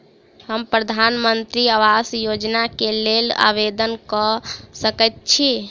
हम प्रधानमंत्री आवास योजना केँ लेल आवेदन कऽ सकैत छी?